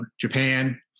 Japan